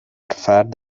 فرد